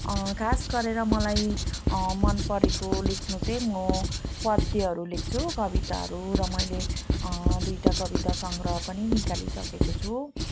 खास गरेर मलाई मन परेको लेख्नु चाहिँ म पद्यहरू लेख्छु कविताहरू र मैले दुइटा कविता सङ्ग्रह पनि निकालिसकेको छु